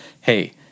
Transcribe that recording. hey